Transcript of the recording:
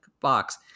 box